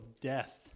death